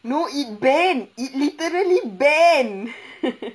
no it bend it literally bend